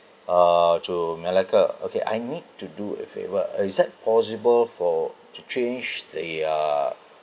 uh to malacca okay I need to do a favour is that possible for to change the uh